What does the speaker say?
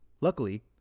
Luckily